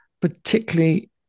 particularly